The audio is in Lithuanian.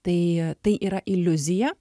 tai tai yra iliuzija